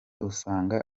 usanga